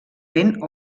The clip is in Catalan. vent